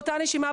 באותה הנשימה,